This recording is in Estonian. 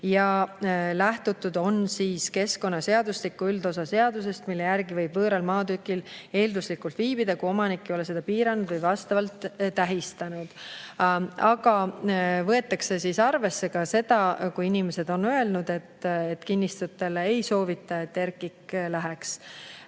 Lähtutud on keskkonnaseadustiku üldosa seadusest, mille järgi võib võõral maatükil eelduslikult viibida, kui omanik ei ole seda piiranud või vastavalt tähistanud. Aga võetakse arvesse ka seda, kui inimene on öelnud, et ei soovi, et RKIK kinnistule läheks.